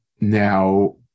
Now